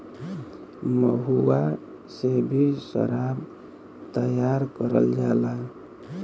महुआ से भी सराब तैयार करल जाला